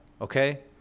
Okay